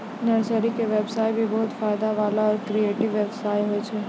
nursery के व्यवसाय भी बहुत फायदा वाला आरो क्रियेटिव व्यवसाय होय छै